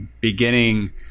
beginning